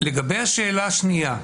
לגבי השאלה השנייה,